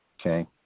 Okay